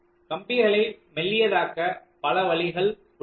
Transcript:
கம்பிகளை மெல்லியதாக பல வழிகள் உள்ளன